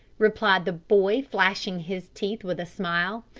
replied the boy, flashing his teeth with a smile.